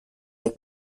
est